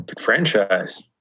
Franchise